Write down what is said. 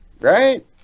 right